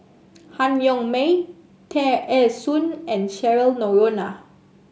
Han Yong May Tear Ee Soon and Cheryl Noronha